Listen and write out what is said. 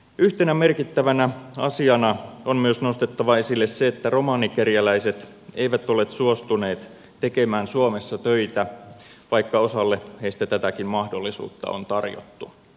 yhtenä merkittävänä asiana on myös nostettava esille se että romanikerjäläiset eivät olleet suostuneet tekemään suomessa töitä vaikka osalle heistä tätäkin mahdollisuutta on tarjottu